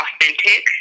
authentic